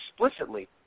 explicitly